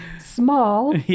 Small